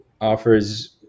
offers